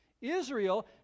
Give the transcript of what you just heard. Israel